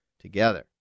together